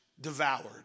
devoured